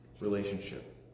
relationship